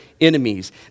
enemies